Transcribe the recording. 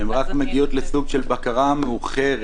הן רק מגיעות לסוג של בקרה מאוחרת.